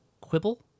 quibble